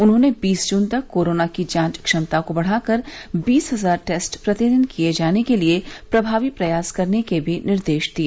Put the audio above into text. उन्होंने बीस जून तक कोरोना की जांच क्षमता को बढ़ाकर बीस हजार टेस्ट प्रतिदिन किए जाने के लिए प्रभावी प्रयास करने के भी निर्देश दिए